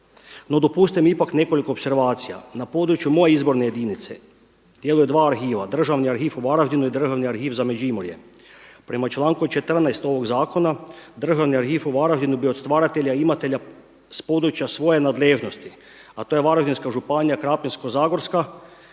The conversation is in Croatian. No dopustite mi ipak nekoliko opservacija. Na području moje izborne jedinice djeluju dva arhiva, Državni arhiv u Varaždinu i Državni arhiv za Međimurje. Prema članku 14. ovog zakona Državni arhiv u Varaždinu bi od stvaratelja i imatelja s područja svoje nadležnosti, a to je Varaždinska županija, Krapinsko-zagorska